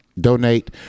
donate